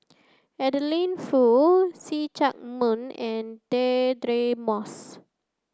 Adeline Foo See Chak Mun and Deirdre Moss